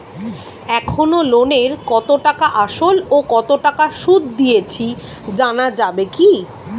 এখনো লোনের কত টাকা আসল ও কত টাকা সুদ দিয়েছি জানা যাবে কি?